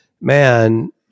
man